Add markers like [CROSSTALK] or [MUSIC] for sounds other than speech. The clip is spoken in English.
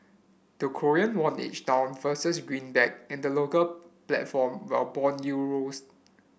the Korean won edged down versus greenback in the local platform while bond [UNINTELLIGIBLE]